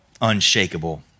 unshakable